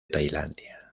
tailandia